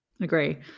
Agree